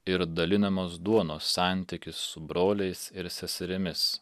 ir dalinamos duonos santykis su broliais ir seserimis